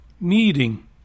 meeting